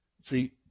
See